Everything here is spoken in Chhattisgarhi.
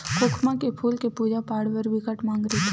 खोखमा के फूल के पूजा पाठ बर बिकट मांग रहिथे